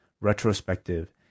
retrospective